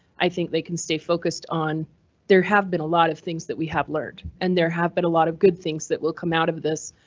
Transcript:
i think they can stay focused on there have been a lot of things that we have learned and there have been a lot of good things that will come out of this.